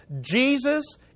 Jesus